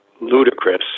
ludicrous